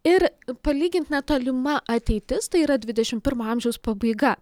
ir palygint netolima ateitis tai yra dvidešimt pirmo amžiaus pabaiga